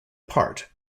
part